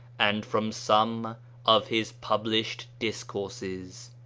and from some of his published discourses.